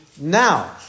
now